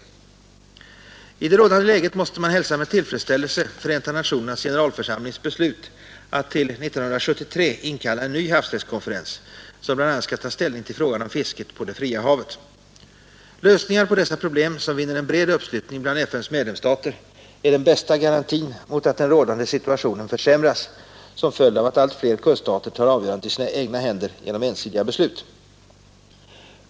83 I det rådande läget måste man hälsa med tillfredsställelse Förenta nationernas generalförsamlings beslut att till 1973 inkalla en ny havsrättskonferens som bl.a. skall ta ställning till frågan om fisket på det fria havet. Lösningar på dessa problem som vinner en bred uppslutning bland FN:s medlemsstater är den bästa garantin mot att den rådande situationen försämras som följd av att allt flera kuststater tar avgörandet i sina egna händer genom ensidiga beslut.